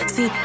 See